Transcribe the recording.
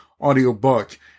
audiobook